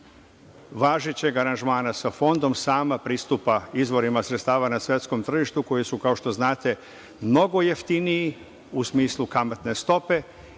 važećeg aranžmana sa Fondom sama pristupa izvorima sredstava na svetskom tržištu, koji su kao što znate mnogo jeftiniji u smislu kamatne stope